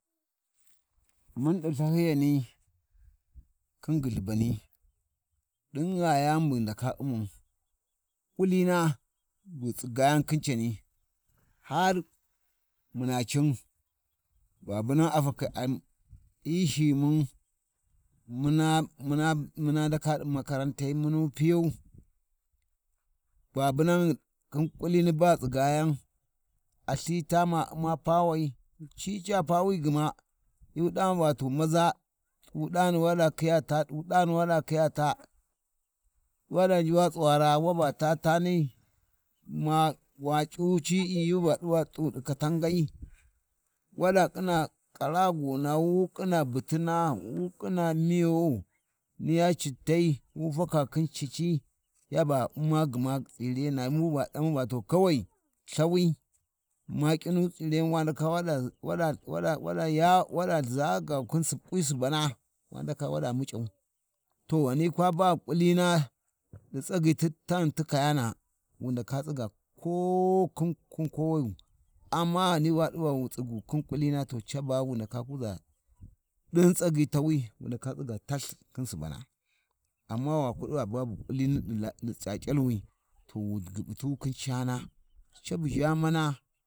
﻿Mun ɗi Lthahyiyani khin gulhubani, ɗin gha yani bu ndaka u'mau, ƙulina bughi tsigayou khin cani, har muma cin babunan a fakhi-aa-hyi Shimun, muna-muna-muna naka ɗi makaranai, munu piyau, babunan khin kulini ba ghi tsigayon a Lthita ma Umma pawai, ci ca pawi gma, yu ɗawu va to maza ɗu ɗani waɗi khiya ta ɗu ɗani waɗa khiya ta, waɗa njuna tsuwara wa ba taa tani, ma wa c’u cii yaba din t’u si kadangai waɗa kina karagona cittai, wu faka khin cici, yaba Umma gma tsirena muba ɗama gma to kawai, Lthawi waba ƙinu tsireni waɗa-waɗa-waɗa-waɗa yaw waɗa ʒaga khin ƙwi Subuna wa ndaka waɗa muc’au, to ghani ga ba ƙulina ɗi tsagyi tighi ti kayana, Wundaka tsiga ko khin kowayu, amma ghani wa ɗiva wu tsughyu khin ƙulina to caba wu ndaka kuʒa ɗin tsagyi tawi wu ndaka tsiga Lathi, Idin Subana amma ya luɗava babu ƙulini ɗi C’aC’awi to wu guubu tu khin cana, cabu ʒha mana.